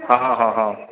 हँ हँ हँ